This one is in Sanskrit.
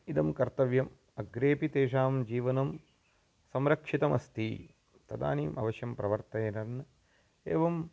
इदं कर्तव्यम् अग्रेपि तेषां जीवनं संरक्षितमस्ति तदानीम् अवश्यं प्रवर्तेरन् एवं